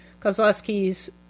Kozlowski's